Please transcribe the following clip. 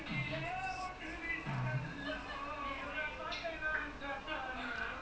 no because the concept a bit weird lah like venom the thing come then spider man I don't know how related also